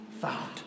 found